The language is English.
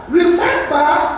remember